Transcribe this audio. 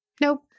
Nope